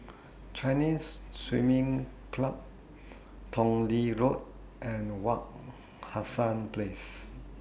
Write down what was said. Chinese Swimming Club Tong Lee Road and Wak Hassan Place